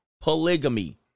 polygamy